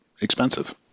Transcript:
expensive